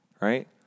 Right